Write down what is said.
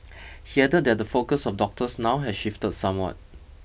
he added that the focus of doctors now has shifted somewhat